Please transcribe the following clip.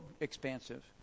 expansive